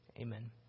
Amen